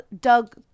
Doug